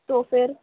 تو پھر